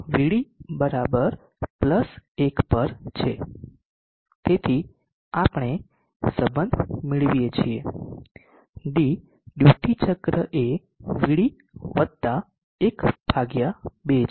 તેથી આપણે સંબંધ મેળવીએ છીએ d ડ્યુટી ચક્ર એ Vd વત્તા 1 ભાગ્યા 2 છે